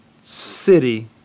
city